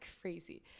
crazy